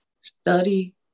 Study